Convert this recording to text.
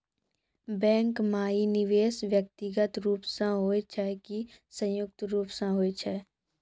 Bank माई निवेश व्यक्तिगत रूप से हुए छै की संयुक्त रूप से होय छै?